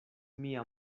mia